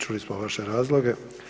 Čuli smo vaše razloge.